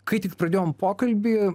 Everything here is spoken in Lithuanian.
kai tik pradėjom pokalbį